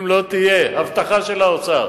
אם לא תהיה הבטחה של האוצר